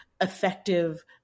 Effective